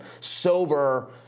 sober—